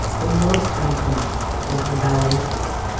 the most unfinished was the ballet school,